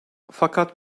fakat